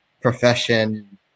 profession